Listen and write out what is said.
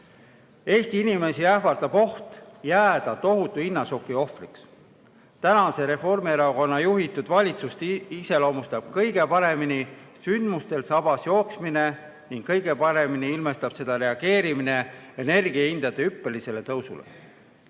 Eesti inimesi ähvardab oht jääda tohutu hinnašoki ohvriks. Tänast Reformierakonna juhitud valitsust iseloomustab kõige paremini sündmustel sabas jooksmine ning kõige paremini ilmestab seda reageerimine energiahindade hüppelisele tõusule.